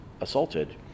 assaulted